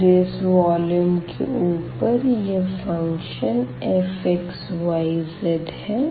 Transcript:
फिर इस वोल्यूम के ऊपर यह फ़ंक्शन fxyz है